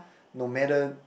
no matter